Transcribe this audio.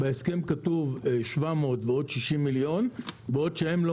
בהסכם כתוב 700 ועוד 60 מיליון בעוד שהם לא